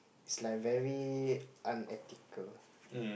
it's like very unethical